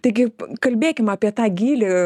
taigi kalbėkim apie tą gylį